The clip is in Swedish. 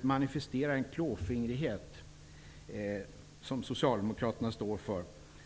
manifesterar den klåfingrighet och vilja att reglera, som socialdemokraterna står för.